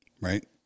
right